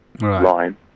line